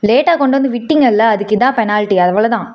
லேட்டாக கொண்டு வந்து விட்டிங்கள்லே அதுக்கு இதுதான் பெனால்ட்டி அவ்வளோதான்